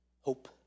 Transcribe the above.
hope